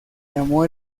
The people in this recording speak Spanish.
llamó